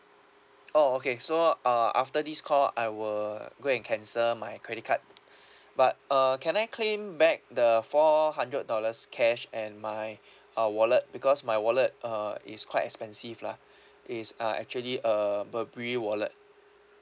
oh okay so uh after this call I will go and cancel my credit card but uh can I claim back the four hundred dollars cash and my uh wallet because my wallet uh is quite expensive lah it's uh actually a burberry wallet